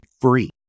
free